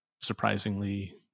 surprisingly